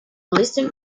listened